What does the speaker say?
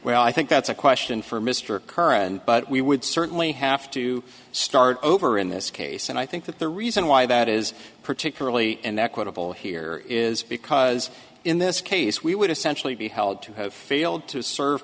well i think that's a question for mr kerr and but we would certainly have to start over in this case and i think that the reason why that is particularly and equitable here is because in this case we would essentially be held to have failed to serve